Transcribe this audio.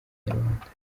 inyarwanda